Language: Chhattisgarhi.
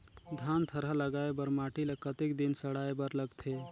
धान थरहा लगाय बर माटी ल कतेक दिन सड़ाय बर लगथे?